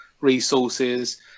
resources